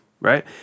right